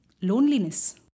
loneliness